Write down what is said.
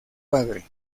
padre